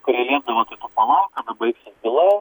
kurie liepdavo tai tu palauk kada baigsis byla